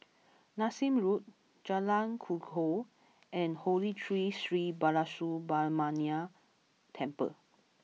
Nassim Road Jalan Kukoh and Holy Tree Sri Balasubramaniar Temple